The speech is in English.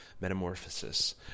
Metamorphosis